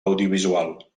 audiovisual